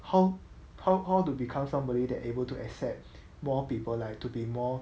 how how how to become somebody that able to accept more people like to be more